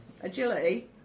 Agility